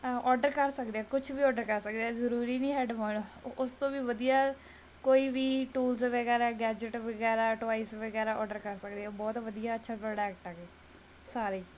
order ਕਰ ਸਕਦੇ ਹਾਂ ਕੁਛ ਵੀ ਔਡਰ ਕਰ ਸਕਦੇ ਹਾਂ ਜ਼ਰੂਰੀ ਨਹੀਂ ਹੈੱਡਫੋਨ ਉਸ ਤੋਂ ਵੀ ਵਧੀਆ ਕੋਈ ਵੀ ਟੂਲਸ ਵਗੈਰਾ ਗੈਜਟ ਵਗੈਰਾ ਟੋਇਸ ਵਗੈਰਾ ਔਡਰ ਕਰ ਸਕਦੇ ਹਾਂ ਬਹੁਤ ਵਧੀਆ ਅੱਛਾ ਪ੍ਰੋਡਕਟ ਹੈਗੇ ਸਾਰੇ